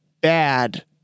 bad